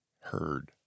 heard